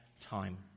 time